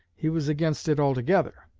he was against it altogether.